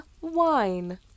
wine